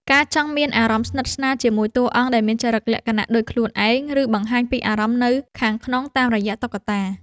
ការចង់មានអារម្មណ៍ស្និទ្ធស្នាលជាមួយតួអង្គដែលមានចរិតលក្ខណៈដូចខ្លួនឯង ឬបង្ហាញពីអារម្មណ៍នៅខាងក្នុងតាមរយៈតុក្កតា។